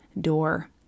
door